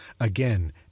Again